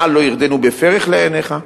ועל 'לא ירדנו בפרך לעיניך',